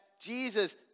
Jesus